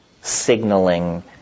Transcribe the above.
signaling